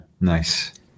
Nice